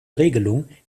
regelung